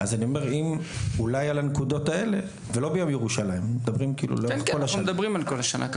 לא רק ביום ירושלים אלא לאורך כל השנה.